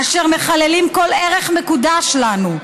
אשר מחללים כל ערך מקודש לנו.